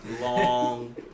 long